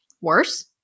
worse